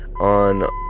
on